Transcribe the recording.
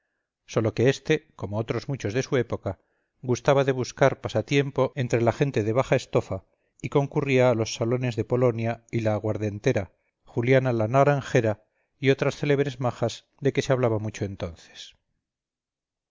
sólo que éste como otros muchos de su época gustaba de buscar pasatiempo entre la gente de baja estofa y concurría a los salones de polonia la aguardentera juliana la naranjera y otras célebres majas de que se hablaba mucho entonces